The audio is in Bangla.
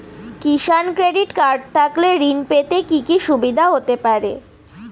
কিষান ক্রেডিট কার্ড থাকলে ঋণ পেতে কি কি সুবিধা হতে পারে?